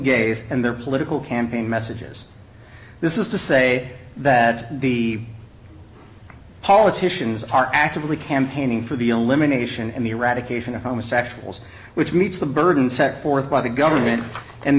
gays and their political campaign messages this is to say that the politicians are actively campaigning for the elimination and the eradication of homosexuals which meets the burden set forth by the government and